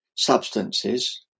substances